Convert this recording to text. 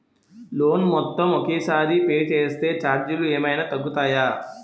Loan మొత్తం ఒకే సారి పే చేస్తే ఛార్జీలు ఏమైనా తగ్గుతాయా?